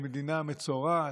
למדינה מצורעת: